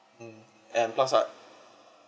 hmm and plus like